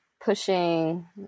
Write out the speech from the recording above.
pushing